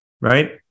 right